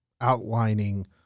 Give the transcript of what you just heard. outlining